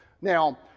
Now